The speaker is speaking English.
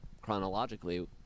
chronologically